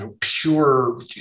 pure